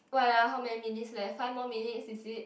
what ah how many minutes left five more minutes is it